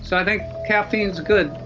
so i think caffeine is good.